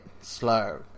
slow